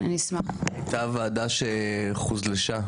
הייתה ועדה שהוקפאה,